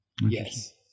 Yes